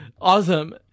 Awesome